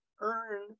earn